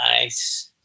Nice